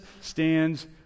stands